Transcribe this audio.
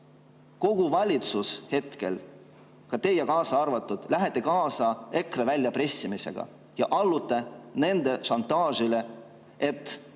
kogu valitsus hetkel, teie kaasa arvatud, lähete kaasa EKRE väljapressimisega ja allute nende šantaažile, et